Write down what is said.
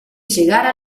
llegara